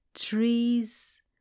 trees